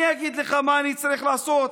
אני אגיד לך מה אני צריך לעשות.